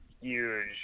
huge